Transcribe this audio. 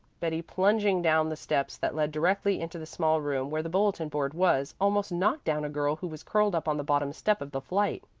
betty, plunging down the steps that led directly into the small room where the bulletin board was, almost knocked down a girl who was curled up on the bottom step of the flight.